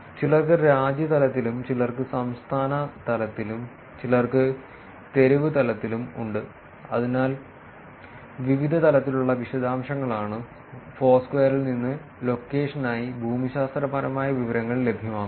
ചിലർക്ക് രാജ്യ തലത്തിലും ചിലർക്ക് സംസ്ഥാന തലത്തിലും ചിലർക്ക് തെരുവ് തലത്തിലും ഉണ്ട് അതിനാൽ വിവിധ തലത്തിലുള്ള വിശദാംശങ്ങളാണ് ഫോർസ്ക്വയറിൽ നിന്ന് ലൊക്കേഷനായി ഭൂമിശാസ്ത്രപരമായ വിവരങ്ങൾ ലഭ്യമാകുന്നത്